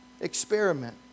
Experiment